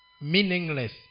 meaningless